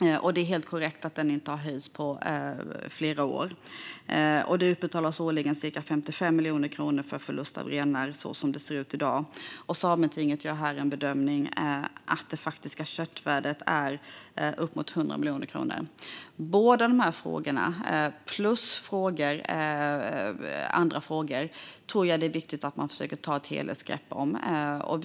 Det är helt korrekt att den inte har höjts på flera år. Det utbetalas årligen ca 55 miljoner kronor för förlust av renar, så som det ser ut i dag. Sametinget gör bedömningen att det faktiska köttvärdet är uppemot 100 miljoner kronor. Jag tror att det är viktigt att man försöker ta ett helhetsgrepp om båda dessa frågor plus andra frågor.